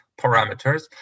parameters